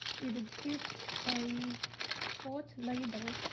it gives a old label,